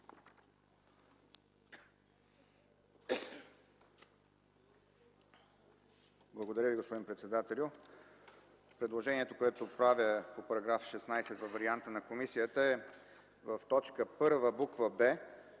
Благодаря, господин председателю. Предложението, което правя по § 16 във варианта на комисията, е в т. 1, буква